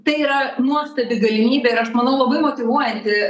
tai yra nuostabi galimybė ir aš manau labai motyvuojanti